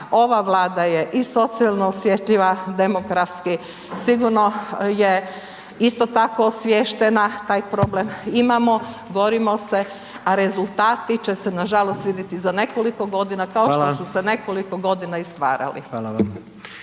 ova Vlada je i socijalno osjetljiva, demokratski sigurno je isto tako osviještena, taj problem imamo, borimo se, a rezultati će se, nažalost vidjeti za nekoliko godina, kao što se .../Upadica: Hvala./...